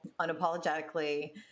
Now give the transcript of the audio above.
unapologetically